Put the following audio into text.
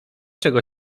czego